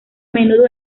menudo